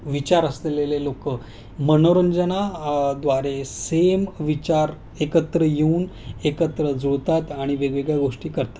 विचार असलेले लोक मनोरंजनाद्वारे सेम विचार एकत्र येऊन एकत्र जुळतात आणि वेगवेगळ्या गोष्टी करतात